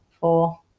four